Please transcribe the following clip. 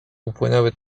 upłynęły